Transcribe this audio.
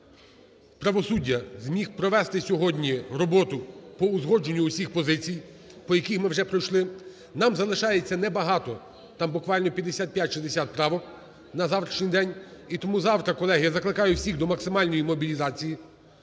правосуддя, щоб зміг провести сьогодні роботу по узгодженню усіх позицій, по яких ми вже пройшли. Нам залишається небагато, там буквально 55-60 правок на завтрашній день. І тому завтра, колеги, я закликаю всіх до максимальної мобілізації.